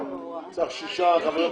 קל,